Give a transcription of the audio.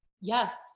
Yes